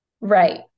Right